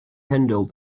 handle